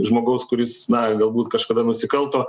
žmogaus kuris na galbūt kažkada nusikalto